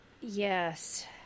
yes